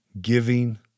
giving